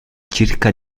circa